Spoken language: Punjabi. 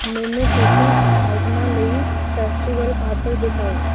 ਮੈਨੂੰ ਕੂਕੀਜ਼ ਆਈਟਮਾਂ ਲਈ ਫੈਸਟੀਵਲ ਆਫ਼ਰ ਦਿਖਾਓ